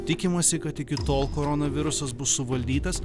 tikimasi kad iki tol corona virusas bus suvaldytas